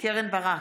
קרן ברק,